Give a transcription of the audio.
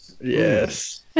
yes